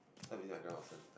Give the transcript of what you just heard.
so I visit my grandma often